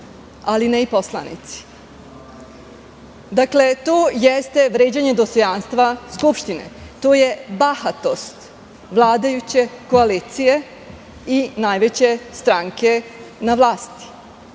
ali ne i poslanici. To jeste vređanje dostojanstva Skupštine. To je bahatost vladajuće koalicija i najveće stranke na vlasti.